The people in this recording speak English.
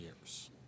years